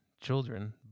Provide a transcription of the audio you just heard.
...children